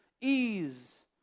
ease